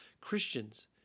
Christians